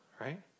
right